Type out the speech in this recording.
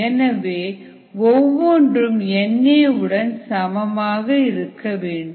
எனவே ஒவ்வொன்றும் NA உடன் சமமாக இருக்க வேண்டும்